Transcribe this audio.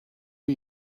are